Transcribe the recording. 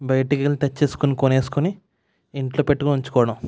బయటికి వెళ్ళి తెచ్చేసుకుని కొనేసుకుని ఇంట్లో పెట్టుకుని ఉంచుకోవడం